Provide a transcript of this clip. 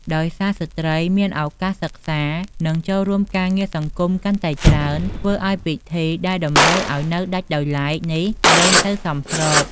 ដោយសារ ស្ត្រីមានឱកាសសិក្សា និងចូលរួមការងារសង្គមកាន់តែច្រើន ធ្វើឱ្យពិធីដែលតម្រូវឱ្យនៅដាច់ដោយឡែកនេះលែងសូវសមស្រប។